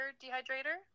dehydrator